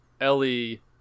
Ellie